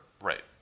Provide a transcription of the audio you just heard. Right